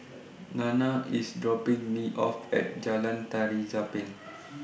Nana IS dropping Me off At Jalan Tari Zapin